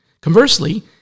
Conversely